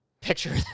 Picture